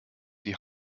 die